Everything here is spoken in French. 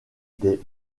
des